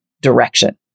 direction